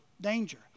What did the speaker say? danger